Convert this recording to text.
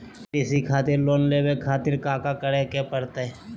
कृषि खातिर लोन लेवे खातिर काका करे की परतई?